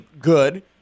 good